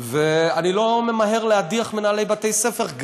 ואני לא ממהר להדיח מנהלי בתי-ספר,